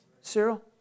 Cyril